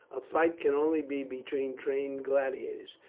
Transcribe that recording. a fight can only be between trained gladiators.